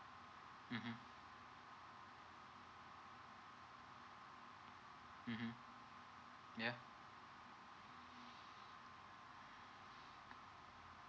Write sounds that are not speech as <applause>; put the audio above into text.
mmhmm ya <breath>